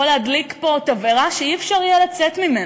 יכול להדליק פה תבערה שלא יהיה אפשר לצאת ממנה.